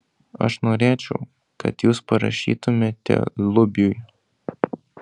aš norėčiau kad jūs parašytumėte lubiui